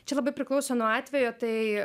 čia labai priklauso nuo atvejo tai